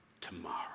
tomorrow